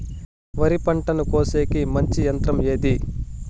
వరి పంటను కోసేకి మంచి యంత్రం ఏది?